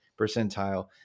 percentile